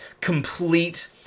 complete